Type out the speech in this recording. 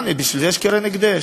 ובשביל זה יש קרן הקדש.